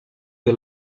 you